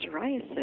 psoriasis